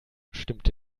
stimmte